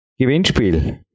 Gewinnspiel